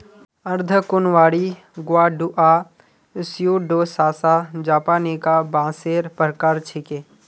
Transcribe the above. अर्धकुंवारी Guadua Pseudosasa japonica बांसेर प्रकार छिके